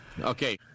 Okay